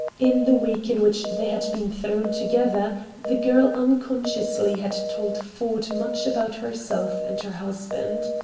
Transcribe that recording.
in the week in which they had been thrown together the girl unconsciously had told ford much about herself and her husband.